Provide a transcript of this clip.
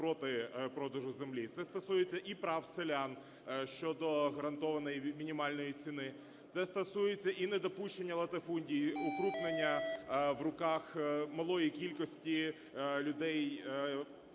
Це стосується і прав селян щодо гарантованої мінімальної ціни. Це стосується і недопущення латифундії, укрупнення в руках малої кількості людей